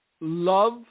love